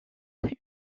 une